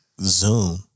Zoom